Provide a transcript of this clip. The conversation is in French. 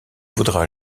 voudra